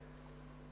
הקדוש".